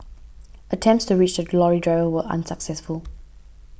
attempts to reach the lorry driver were unsuccessful